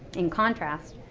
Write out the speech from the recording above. in contrast,